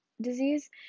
disease